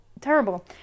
terrible